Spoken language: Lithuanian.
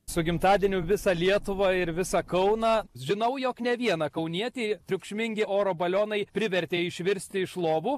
su gimtadieniu visą lietuvą ir visą kauną žinau jog ne vieną kaunietį triukšmingi oro balionai privertė išvirsti iš lovų